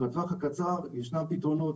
לטווח הקצר ישנם פתרונות,